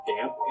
damp